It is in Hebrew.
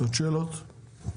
עוד שאלות?